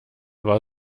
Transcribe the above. war